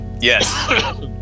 Yes